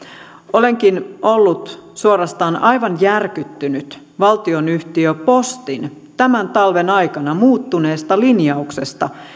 olenkin ollut suorastaan aivan järkyttynyt valtionyhtiö postin tämän talven aikana muuttuneesta linjauksesta